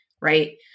right